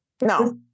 No